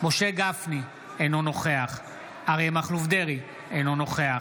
משה גפני, אינו נוכח אריה מכלוף דרעי, אינו נוכח